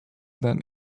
than